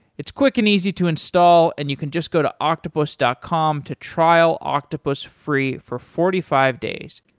it's quick and easy to install and you can just go to octopus dot com to trial octopus free for forty five days.